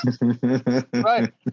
Right